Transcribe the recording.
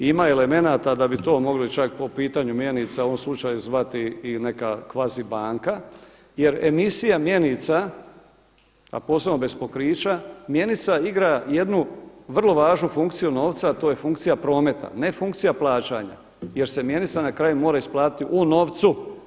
Ima elemenata da bi to mogli čak po pitanju mjenica u ovom slučaju zvati i neka kvazi banka jer emisija mjenica, a posebno bez pokrića, mjenica igra jednu vrlo važnu funkciju novca, a to je funkcija prometa, ne funkcija plaćanja jer se mjenica na kraju mora isplatiti u novcu.